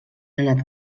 anat